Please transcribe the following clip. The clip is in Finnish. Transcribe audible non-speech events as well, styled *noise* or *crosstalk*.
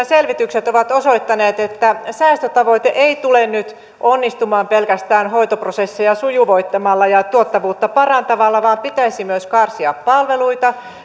*unintelligible* selvitykset ovat osoittaneet että säästötavoite ei tule nyt onnistumaan pelkästään hoitoprosesseja sujuvoittamalla ja tuottavuutta parantamalla vaan pitäisi myös karsia palveluita *unintelligible*